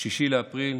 6 באפריל,